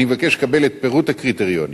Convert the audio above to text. אני מבקש לקבל את פירוט הקריטריונים.